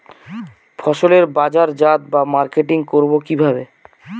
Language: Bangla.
ফসলের বাজারজাত বা মার্কেটিং করব কিভাবে?